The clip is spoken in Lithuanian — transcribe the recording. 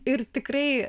ir tikrai